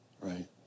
right